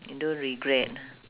you don't regret